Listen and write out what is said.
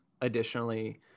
additionally